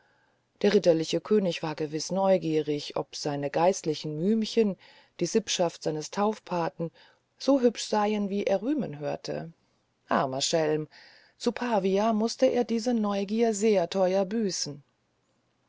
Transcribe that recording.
der ritterliche könig war gewiß neugierig ob seine geistlichen mühmchen die sippschaft seines taufpaten so hübsch seien wie er rühmen hörte armer schelm zu pavia mußte er für diese neugier sehr teuer büßen